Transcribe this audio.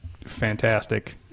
fantastic